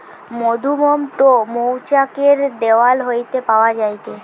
মধুমোম টো মৌচাক এর দেওয়াল হইতে পাওয়া যায়টে